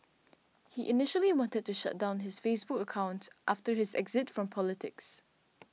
he initially wanted to shut down his Facebook accounts after his exit from politics